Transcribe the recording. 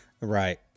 Right